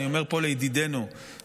אני אומר פה לידידינו בבריטניה,